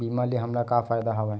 बीमा ले हमला का फ़ायदा हवय?